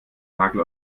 nagel